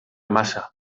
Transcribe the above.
massa